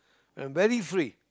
I'm very free